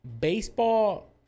baseball